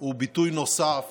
הוא ביטוי נוסף